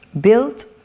built